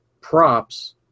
props